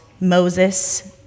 Moses